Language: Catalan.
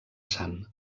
sant